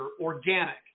organic